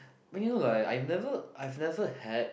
but you know like I've never I've never had